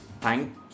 thank